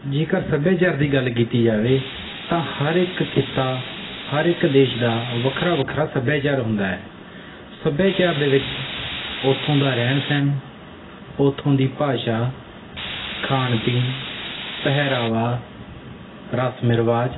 ਜੇਕਰ ਸੱਭਿਆਚਾਰ ਦੀ ਗੱਲ ਕੀਤੀ ਜਾਵੇ ਤਾਂ ਹਰ ਇੱਕ ਖਿੱਤਾ ਹਰ ਇੱਕ ਦੇਸ਼ ਦਾ ਵੱਖਰਾ ਵੱਖਰਾ ਸੱਭਿਆਚਾਰ ਹੁੰਦਾ ਹੈ ਸੱਭਿਆਚਾਰ ਦੇ ਵਿੱਚ ਉੱਥੋਂ ਦਾ ਰਹਿਣ ਸਹਿਣ ਉੱਥੋਂ ਦੀ ਭਾਸ਼ਾ ਖਾਣ ਪੀਣ ਪਹਿਰਾਵਾ ਰਸਮ ਰਿਵਾਜ